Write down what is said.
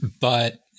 But-